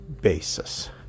basis